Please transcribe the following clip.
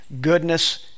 goodness